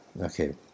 Okay